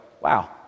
wow